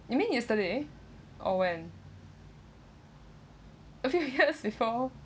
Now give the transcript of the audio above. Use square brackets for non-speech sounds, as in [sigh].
you mean yesterday or when a [laughs] few years before